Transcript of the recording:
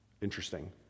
Interesting